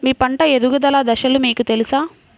మీ పంట ఎదుగుదల దశలు మీకు తెలుసా?